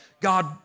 God